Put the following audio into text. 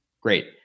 Great